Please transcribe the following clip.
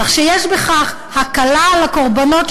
כך שיש בכך הקלה על הקורבנות,